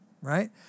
Right